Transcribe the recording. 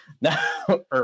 No